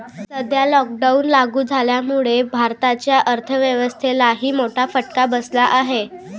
सध्या लॉकडाऊन लागू झाल्यामुळे भारताच्या अर्थव्यवस्थेलाही मोठा फटका बसला आहे